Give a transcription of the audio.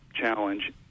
challenge